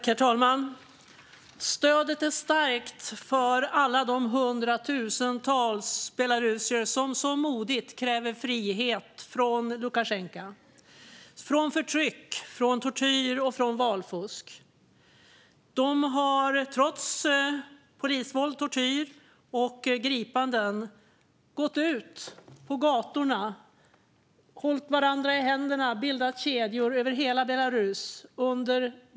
Herr talman! Stödet är starkt för alla de hundratusentals belarusier som så modigt kräver frihet från Lukasjenko och från förtryck, tortyr och valfusk. De har trots polisvåld, tortyr och gripanden gått ut på gatorna över hela Belarus och bildat kedjor och hållit varandra i händerna.